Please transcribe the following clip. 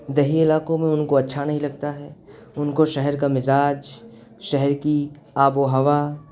دیہی علاقوں میں ان کو اچھا نہیں لگتا ہے ان کو شہر کا مزاج شہر کی آب و ہوا